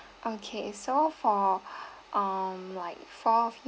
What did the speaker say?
okay so for um like four of you